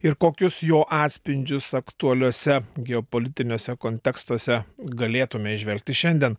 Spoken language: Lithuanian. ir kokius jo atspindžius aktualiuose geopolitiniuose kontekstuose galėtume įžvelgti šiandien